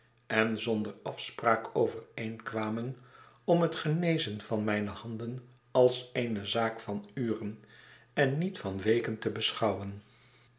en zonder afspraak overeenkwamen om het genezen van mijne handen als eene zaak van uren en niet van weken te beschouwen